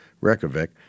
Reykjavik